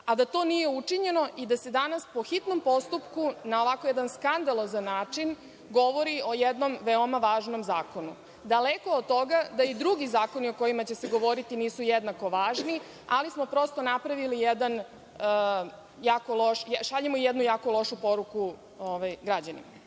a da to nije učinjeno i da se danas po hitnom postupku, na ovako jedan skandalozan način govori o jednom veoma važnom zakonu. Daleko od toga da i drugi zakoni o kojima će se govoriti nisu jednako važni, ali prosto šaljemo jednu jako lošu poruku građanima. Jedna